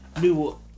new